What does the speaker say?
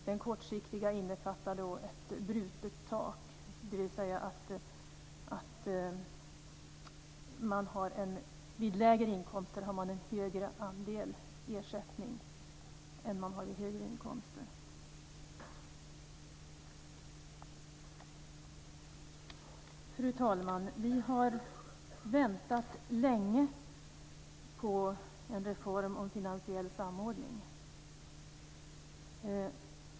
Den kortsiktiga har ett brutet tak, dvs. man har en högre ersättningsandel vid lägre inkomster än vid högre inkomster. Fru talman! Vi har väntat länge på en finansiell samordningsreform.